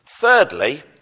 Thirdly